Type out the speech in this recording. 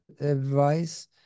advice